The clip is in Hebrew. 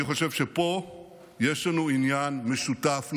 אני חושב שפה יש לנו עניין משותף לכולנו,